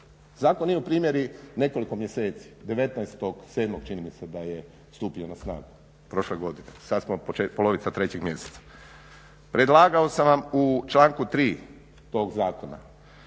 zakon nije u primjeni nekoliko mjeseci, 19.7.čini mi se da je stupio na snagu prošle godine, sada smo polovica 3.mjeseca. Predlagao sam vam u članku 3.tog zakona